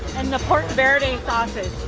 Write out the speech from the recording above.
and the pork verde sausage.